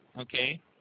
Okay